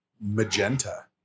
magenta